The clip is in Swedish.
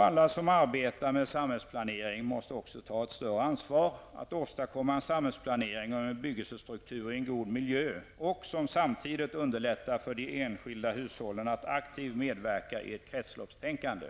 Alla som arbetar med samhällsplanering måste också ta ett större ansvar att åstadkomma samhällsplanering och bebyggelsestruktur i en god miljö och som samtidigt underlättar för de enskilda hushållen att aktivt medverka i ett kretsloppstänkande.